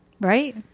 Right